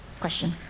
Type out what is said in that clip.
Question